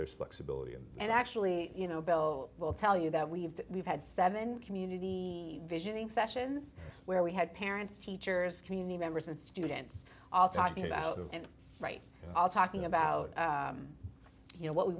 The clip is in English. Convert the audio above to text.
there's flexibility and it actually you know bell will tell you that we've we've had seven community visioning fashion where we had parents teachers community members and students all talking about it and write all talking about you know what we